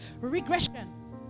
regression